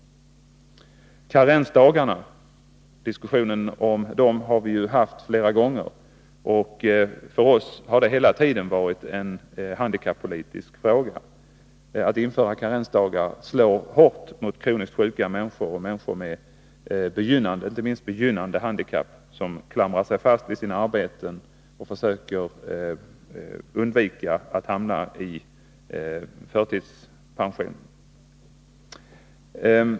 Diskussioner om karensdagarna har vi ju haft flera gånger, och för oss har det hela tiden varit en handikappolitisk fråga. Att införa karensdagar slår hårt mot kroniskt sjuka människor och inte minst mot människor med begynnande handikapp som klamrar sig fast vid sina arbeten och försöker undvika att hamna i förtidspension.